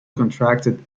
contracted